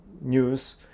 news